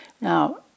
Now